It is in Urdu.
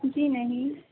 جی نہیں